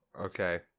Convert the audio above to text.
okay